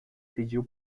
pediu